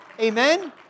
amen